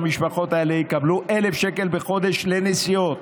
שהמשפחות האלה יקבלו 1,000 שקל בחודש לנסיעות,